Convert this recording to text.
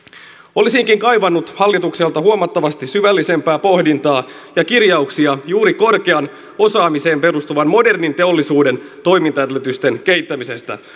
olisinkin kaivannut hallitukselta huomattavasti syvällisempää pohdintaa ja kirjauksia juuri korkeaan osaamiseen perustuvan modernin teollisuuden toimintaedellytysten kehittämisestä